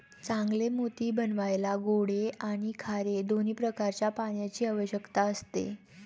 चांगले मोती बनवायला गोडे आणि खारे दोन्ही प्रकारच्या पाण्याची आवश्यकता असते